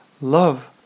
Love